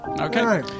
Okay